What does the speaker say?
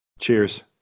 Cheers